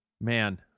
Man